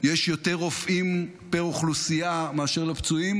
יש יותר רופאים פר אוכלוסייה מאשר לפצועים,